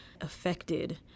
affected